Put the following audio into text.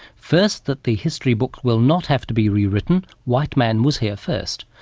first that the history books will not have to be rewritten, white man was here first.